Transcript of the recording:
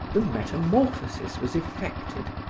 the metamorphosis was effected,